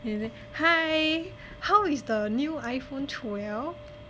he say hi how is the new iphone twelve